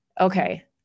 okay